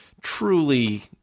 truly